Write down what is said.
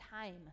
time